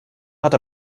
hat